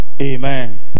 Amen